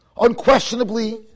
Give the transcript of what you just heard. unquestionably